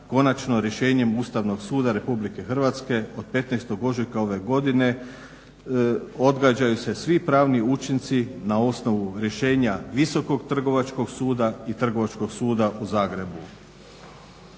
konačno rješenjem Ustavnog suda RH od 15.ožujka ove godine odgađaju se svi pravni učinci na osnovu rješenja Visokog trgovačkog suda i Trgovačkog suda u Zagrebu